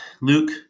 Luke